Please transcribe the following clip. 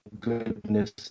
goodness